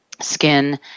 skin